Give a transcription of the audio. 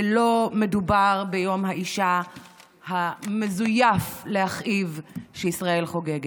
ולא מדובר ביום האישה המזויף להכאיב שישראל חוגגת.